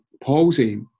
palsy